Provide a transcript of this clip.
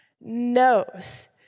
knows